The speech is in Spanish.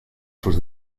sus